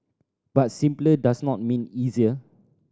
but simpler does not mean easier